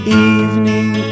evening